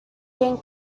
gain